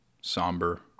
somber